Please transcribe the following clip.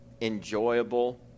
enjoyable